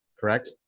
correct